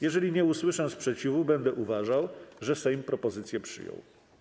Jeżeli nie usłyszę sprzeciwu, będę uważał, że Sejm propozycje przyjął.